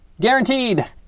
Guaranteed